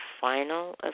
final